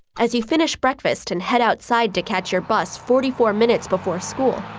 as you finish breakfast and head outside to catch your bus forty four minutes before school,